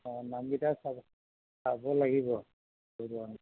অ' নামকিটা চাব চাব লাগিব